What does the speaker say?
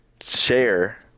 share